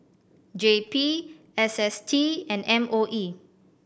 J P S S T and M O E